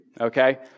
okay